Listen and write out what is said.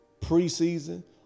preseason